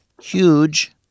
Huge